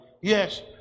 yes